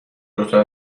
دوتا